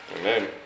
Amen